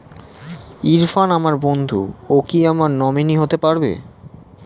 ইরফান আমার বন্ধু ও কি আমার নমিনি হতে পারবে?